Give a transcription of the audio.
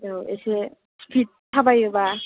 औ एसे स्पिद थाबायोबा